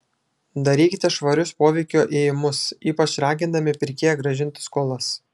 darykite švarius poveikio ėjimus ypač ragindami pirkėją grąžinti skolas